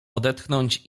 odetchnąć